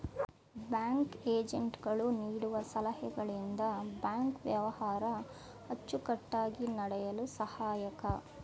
bank agent ಗಳು ನೀಡುವ ಸಲಹೆಗಳಿಂದ ಬ್ಯಾಂಕ್ ವ್ಯವಹಾರ ಅಚ್ಚುಕಟ್ಟಾಗಿ ನಡೆಯಲು ಸಹಾಯಕ